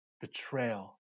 betrayal